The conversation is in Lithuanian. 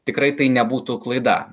tikrai tai nebūtų klaida